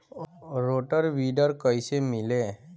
Rotor weeder कईसे मिले?